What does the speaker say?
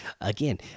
again